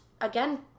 again